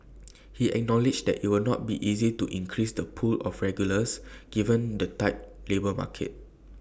he acknowledged that IT will not be easy to increase the pool of regulars given the tight labour market